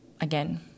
again